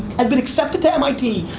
i've been accepted to mit,